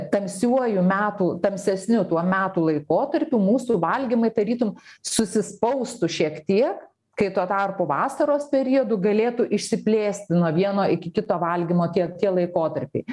tamsiuoju metų tamsesniu tuo metų laikotarpiu mūsų valgymai tarytum susispaustų šiek tiek kai tuo tarpu vasaros periodu galėtų išsiplėsti nuo vieno iki kito valgymo tie tie laikotarpiai